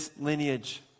lineage